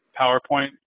PowerPoint